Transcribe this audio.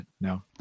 No